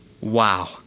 Wow